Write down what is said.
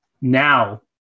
now